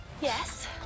Yes